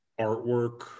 artwork